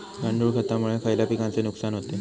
गांडूळ खतामुळे खयल्या पिकांचे नुकसान होते?